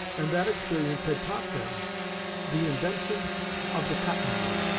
and that experience had taught them the invention of the cotton-gin,